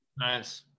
Nice